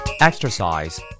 Exercise